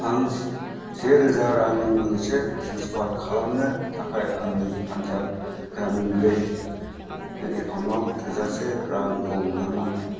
आं से रोजा रांनि मोनसे ट्रेनजेक्सन खालामनो थाखाय आंनि पान्जाब ग्रामिन बेंक एकाउन्टाव थोजासे रां दं नामा